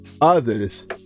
others